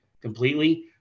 completely